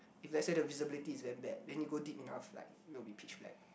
if let's say the visibility is very bad then you go deep enough it will be pitch black